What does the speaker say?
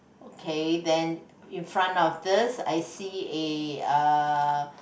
okay then in front of this I see a uh